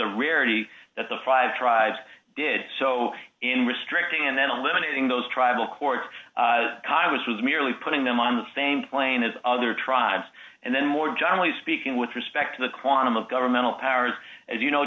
a rarity that the five tribes did so in restricting and then limiting those tribal courts congress was merely putting them on the same plane as other tribes and then more generally speaking with respect to the quantum of governmental powers as you know